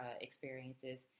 experiences